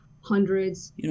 hundreds